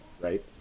right